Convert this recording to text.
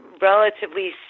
relatively